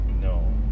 No